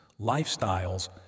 lifestyles